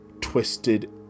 twisted